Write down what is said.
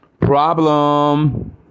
problem